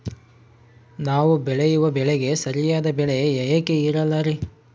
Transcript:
ನಾವು ಬೆಳೆಯುವ ಬೆಳೆಗೆ ಸರಿಯಾದ ಬೆಲೆ ಯಾಕೆ ಇರಲ್ಲಾರಿ?